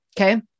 Okay